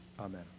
Amen